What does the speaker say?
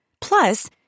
Plus